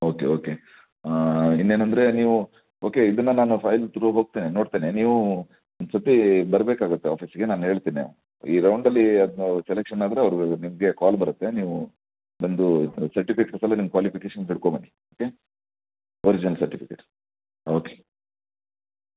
okay okay ಇನ್ನೇನೆಂದರೆ ನೀವು okay ಇದನ್ನು ನಾನು ಫೈಲ್ ಥ್ರೂ ಹೋಗ್ತೇನೆ ನೋಡ್ತೇನೆ ನೀವು ಒಂದ್ಸತಿ ಬರಬೇಕಾಗುತ್ತೆ ಆಫೀಸಿಗೆ ನಾನು ಹೇಳ್ತೇನೆ ಈ ರೌಂಡಲ್ಲಿ ಅದು ನೀವು ಸೆಲೆಕ್ಷನ್ ಆದರೆ ಅವರು ನಿಮಗೆ ಕಾಲ್ ಬರತ್ತೆ ನೀವು ಬಂದು ಸರ್ಟಿಫಿಕೇಟ್ಸ್ ಎಲ್ಲ ನಿಮ್ಮ ಕ್ವಾಲಿಫಿಕೇಷನ್ದು ಹಿಡ್ಕೊಂಡು ಬನ್ನಿ ಓಕೆ ಒರಿಜಿನಲ್ ಸರ್ಟಿಫಿಕೇಟ್ಸ್ ಓಕೆ